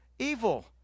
Evil